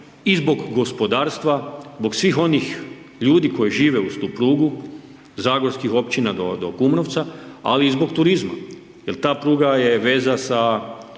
i zbog gospodarstva, zbog svih onih ljudi koji žive uz tu prugu, zagorskih općina do Kumrovca, ali i zbog turizma jer ta pruga je veza sa